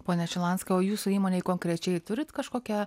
pone šilanskai o jūsų įmonei konkrečiai turit kažkokią